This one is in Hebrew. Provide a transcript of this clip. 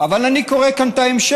אבל אני קורא את ההמשך.